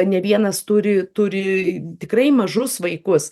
ne vienas turi turi tikrai mažus vaikus